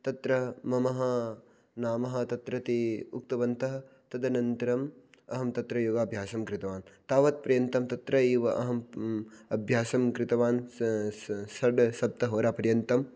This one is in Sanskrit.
तत्र मम नाम तत्र ते उक्तवन्तः तदनन्तरम् अहं तत्र योगाभ्यासं कृतवान् तावत् पर्यन्तं तत्र एव अहम् अभ्यासं कृतवान् षड् सप्तहोरापर्यन्तं